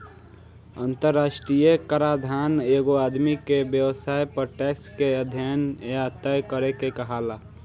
अंतरराष्ट्रीय कराधान एगो आदमी के व्यवसाय पर टैक्स के अध्यन या तय करे के कहाला